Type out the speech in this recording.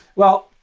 well,